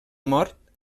mort